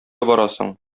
барасың